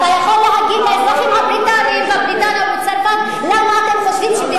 אתה יכול להגיד לאזרחים הבריטים בבריטניה וצרפת למה אתם חושבים,